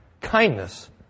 kindness